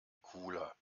cooler